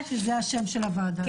ביקשתי שזה יהיה השם של הוועדה, התעקשתי.